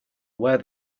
where